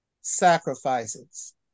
sacrifices